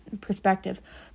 perspective